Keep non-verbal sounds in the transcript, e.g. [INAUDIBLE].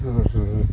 [UNINTELLIGIBLE]